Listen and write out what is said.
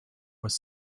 was